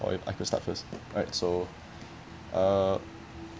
or if I could start first right so uh